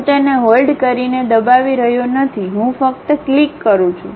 હું તેને હોલ્ડ કરીને દબાવી રહ્યો નથી હું ફક્ત ક્લિક કરું છું